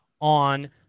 on